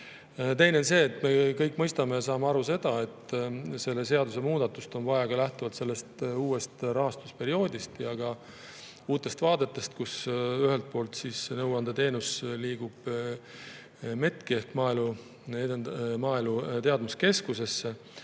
Teine on see, et me kõik mõistame ja saame aru, et selle seaduse muudatust on vaja ka lähtuvalt uuest rahastusperioodist ja uutest vaadetest, kus ühelt poolt liigub nõuandeteenus METK-i ehk Maaelu Teadmuskeskusesse